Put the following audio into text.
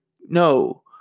no